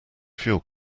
fuel